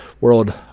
World